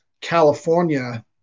California